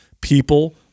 people